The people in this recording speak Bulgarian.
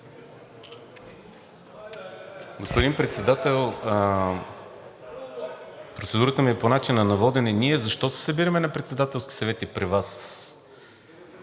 Господин Председател, процедурата ми е по начина на водене. Ние защо се събираме на председателски съвети при Вас?